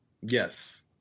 Yes